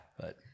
but-